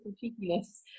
cheekiness